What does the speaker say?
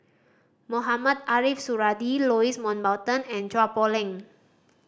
Mohamed Ariff Suradi Louis Mountbatten and Chua Poh Leng